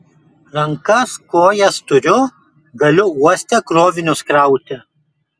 rankas kojas turiu galiu uoste krovinius krauti